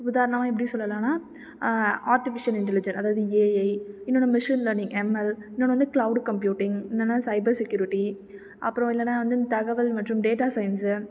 உதாரணமாக எப்படி சொல்லலானால் ஆர்டிஃபிசியல் இண்டலிஜெண்ட் அதாவது ஏஐ இன்னொன்று மிஷின் லேர்னிங் எம்எல் இன்னொன்று வந்து க்ளவுட் கம்ப்யூட்டிங் இந்த மாதிரி வந்து சைபர்செக்யூரிட்டி அப்புறம் இல்லனா வந்து தகவல் மற்றும் டேட்டா சயின்ஸு